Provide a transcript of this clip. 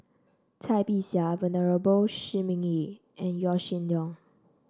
Cai Bixia Venerable Shi Ming Yi and Yaw Shin Leong